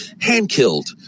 hand-killed